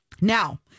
Now